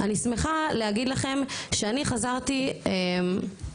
אני שמחה להגיד לכם שאני חזרתי מאוד,